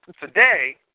today